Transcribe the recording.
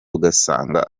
ugasanga